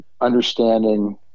understanding